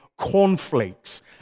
cornflakes